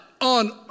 on